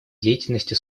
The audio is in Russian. деятельности